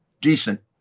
decent